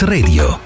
Radio